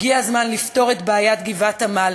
הגיע הזמן לפתור את בעיית גבעת-עמל,